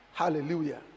hallelujah